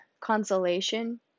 consolation